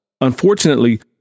Unfortunately